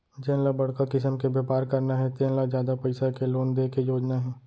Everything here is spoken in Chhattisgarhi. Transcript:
जेन ल बड़का किसम के बेपार करना हे तेन ल जादा पइसा के लोन दे के योजना हे